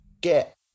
get